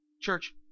Church